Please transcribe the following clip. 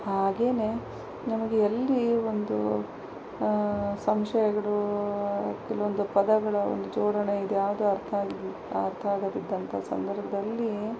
ಹಾಗೆನೇ ನಮಗೆ ಎಲ್ಲಿ ಒಂದು ಸಂಶಯಗಳು ಕೆಲವೊಂದು ಪದಗಳ ಒಂದು ಜೋಡಣೆ ಇದೆ ಅದು ಅರ್ಥ ಆಗದ ಅರ್ಥ ಆಗದಿದ್ದಂತಹ ಸಂದರ್ಭದಲ್ಲಿ